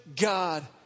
God